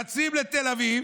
רצים לתל אביב,